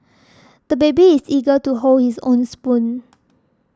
the baby is eager to hold his own spoon